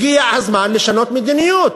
הגיע הזמן לשנות מדיניות.